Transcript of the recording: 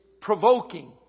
provoking